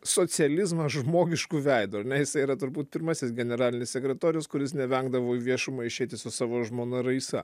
socializmą žmogišku veidu ar ne jis yra turbūt pirmasis generalinis sekretorius kuris nevengdavo į viešumą išeiti su savo žmona raisa